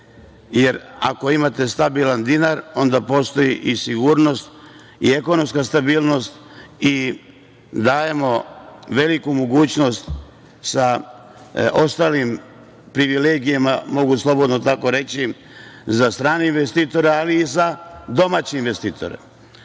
jer ako imate stabilan dinar, onda postoji i sigurnost i ekonomska stabilnost i dajemo veliku mogućnost sa ostalim privilegijama, mogu slobodno tako reći, za strane investitore, ali i za domaće investitore. Ja